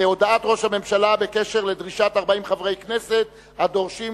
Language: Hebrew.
הודעת ראש הממשלה בהתאם לדרישת 40 חברי כנסת הדורשים